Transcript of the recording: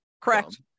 Correct